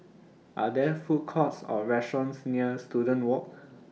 Are There Food Courts Or restaurants near Student Walk